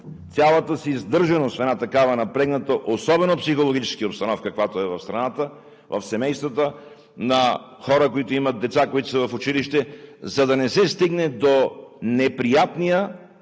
цялата си сдържаност в една такава напрегната обстановка, особено психологически, каквато е в страната – в семействата, на хора, които имат деца, които са в училище, за да не се стигне до неприятния